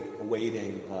awaiting